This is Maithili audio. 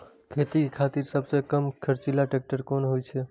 खेती के खातिर सबसे कम खर्चीला ट्रेक्टर कोन होई छै?